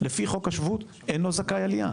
לפי חוק השבות אינו זכאי עלייה.